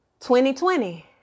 2020